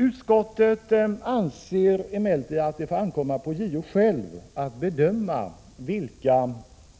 Utskottet anser emellertid att det får ankomma på JO själv att bedöma vilka